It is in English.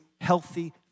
healthy